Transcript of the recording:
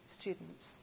students